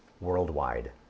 worldwide